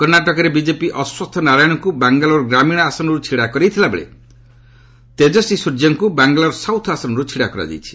କର୍ଣ୍ଣାଟକରେ ବିଜେପି ଅଶ୍ୱତ୍ ନାରାୟଣଙ୍କୁ ବାଙ୍ଗାଲୋର ଗ୍ରାମୀଣ ଆସନରୁ ଛିଡ଼ା କରାଇଥିବା ବେଳେ ତେଜସ୍ୱୀ ସ୍ୱର୍ଯ୍ୟାଙ୍କୁ ବାଙ୍ଗାଲୋର ସାଉଥ୍ ଆସନରୁ ଛିଡ଼ା କରାଯାଇଛି